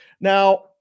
Now